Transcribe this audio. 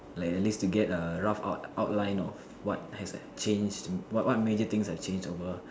like at least to get a rough out outline of what have changed what major things have changed the world